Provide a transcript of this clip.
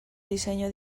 diseño